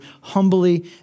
humbly